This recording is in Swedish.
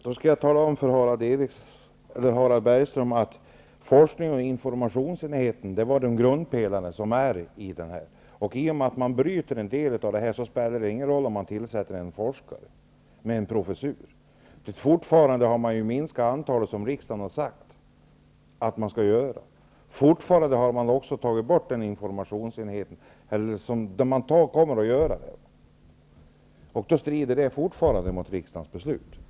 Herr talman! Då skall jag tala om för Harald Bergström att forsknings och informationsenheten var en grundpelare i arbetsmiljöarbetet. När man bryter sönder den verksamheten, spelar det ingen roll om man sedan inrättar en professur. Man har ju ändå minskat det antal forskare som riksdagen tidigare har sagt skall finnas. Man kommer också att ta bort informationstjänsten, och även det strider mot riksdagens beslut förra året.